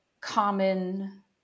common